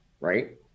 right